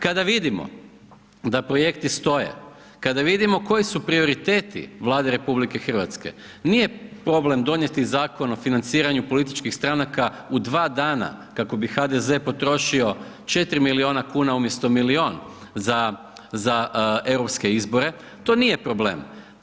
Kada vidimo da projekti stoje, kada vidimo koji su prioriteti Vlade RH, nije problem donijeti Zakon o financiranju političkih stranka u 2 dana, kako bi HDZ potrošio 4 milijuna kuna, umjesto milijun za europske izbore, to nije problem.